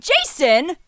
Jason